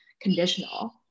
conditional